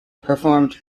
performed